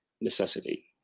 necessity